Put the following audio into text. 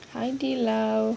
hai di lao